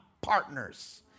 partners